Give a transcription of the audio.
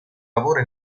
lavoro